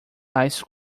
ice